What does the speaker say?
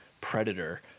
predator